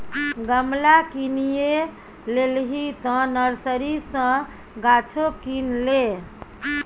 गमला किनिये लेलही तँ नर्सरी सँ गाछो किन ले